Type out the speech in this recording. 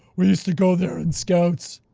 we used to go there in scouts!